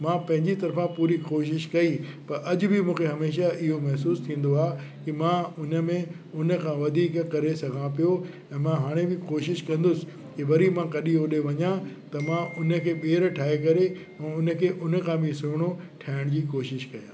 मां पंहिंजी तरफा पूरी कोशिश कई पर अॼु बि मूंखे हमेशह इहो महिसूसु थींदो आहे कि मां उन में उन खां वधीक करे सघां पियो ऐं मां हाणे बि कोशिश कंदुसि कि वरी मां कॾहिं ओॾे वञा त मां उन खे ॿीहर ठाहे करे उन खे उन खां बि सुहिणो ठाहिण जी कोशिश कयां